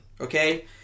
Okay